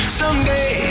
someday